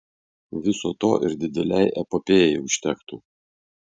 viso to ir didelei epopėjai užtektų